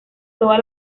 toda